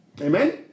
Amen